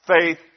faith